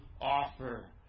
offer